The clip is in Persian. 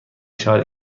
شود